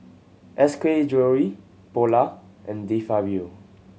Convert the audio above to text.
S K Jewellery Polar and De Fabio